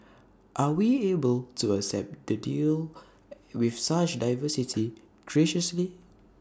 are we able to accept the deal with such diversity graciously